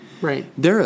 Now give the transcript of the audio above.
Right